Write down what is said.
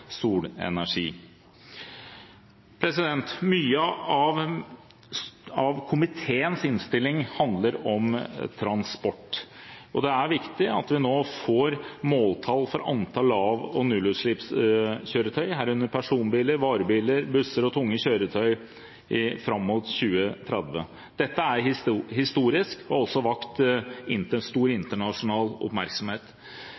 solenergi. Mye av komiteens innstilling handler om transport. Det er viktig at vi nå får måltall for antall lav- og nullutslippskjøretøy, herunder personbiler, varebiler, busser og tunge kjøretøy, fram mot 2030. Dette er historisk, og det har også vakt